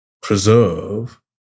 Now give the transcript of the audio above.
preserve